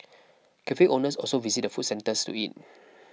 cafe owners also visit the food centre to eat